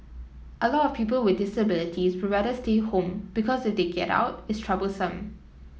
a lot of people with disabilities rather stay home because they get out it's troublesome